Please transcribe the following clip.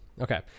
okay